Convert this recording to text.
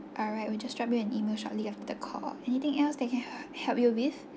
alright will just drop you an email shortly after the call anything else that I can help you with